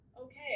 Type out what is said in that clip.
okay